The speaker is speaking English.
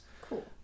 Cool